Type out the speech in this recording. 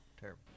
terrible